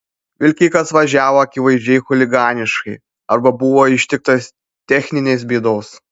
vilkikas važiavo akivaizdžiai chuliganiškai arba buvo ištiktas techninės bėdos